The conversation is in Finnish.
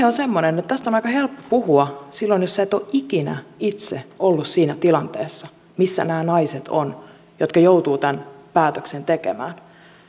on semmoinen että tästä on aika helppo puhua silloin jos et ole ikinä itse ollut siinä tilanteessa missä nämä naiset ovat jotka joutuvat tämän päätöksen tekemään